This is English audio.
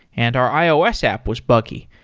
and our ios app was buggy.